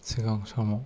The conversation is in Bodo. सिगां समाव